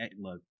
look